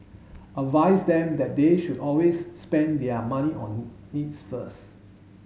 advise them that they should always spend their money on needs first